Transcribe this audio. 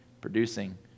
producing